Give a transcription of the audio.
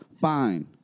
Fine